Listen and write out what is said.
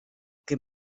que